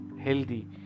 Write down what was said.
healthy